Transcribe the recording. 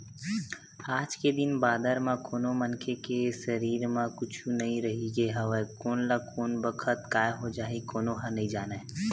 आज के दिन बादर म कोनो मनखे के सरीर म कुछु नइ रहिगे हवय कोन ल कोन बखत काय हो जाही कोनो ह नइ जानय